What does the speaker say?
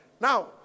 Now